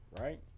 right